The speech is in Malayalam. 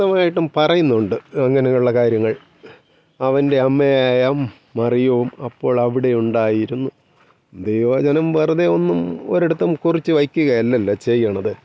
വ്യക്തമായിട്ടും പറയുന്നുണ്ട് അങ്ങനെയുള്ള കാര്യങ്ങൾ അവൻ്റെ അമ്മയായ മറിയവും അപ്പോളവിടെ ഉണ്ടായിരുന്നു ദൈവ വചനം വെറുതെ ഒന്നും ഒരിടത്തും കുറിച്ച് വയ്ക്കുക അല്ലല്ലോ ചെയ്യുന്നത്